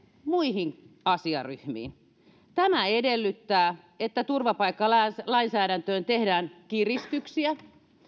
muihin asiaryhmiin tämä edellyttää että turvapaikkalainsäädäntöön tehdään kiristyksiä